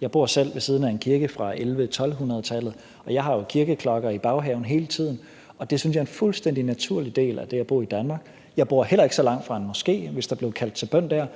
Jeg bor selv ved siden af en kirke fra 1100-1200-tallet, og jeg har jo kirkeklokker i baghaven hele tiden, og det synes jeg er en fuldstændig naturlig del af det at bo i Danmark. Jeg bor heller ikke så langt fra en moské, og hvis der blev kaldt til bøn der,